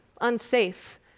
unsafe